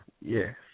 yes